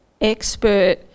expert